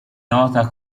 nota